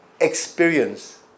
experience